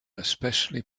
especially